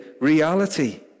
reality